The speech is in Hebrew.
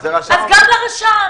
אז גם הרשם.